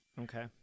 Okay